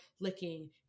licking